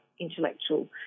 intellectual